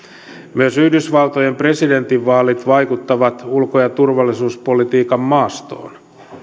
myös yhdysvaltojen presidentinvaalit vaikuttavat ulko ja turvallisuuspolitiikan maastoon